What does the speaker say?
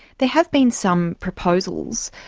there have been some proposals,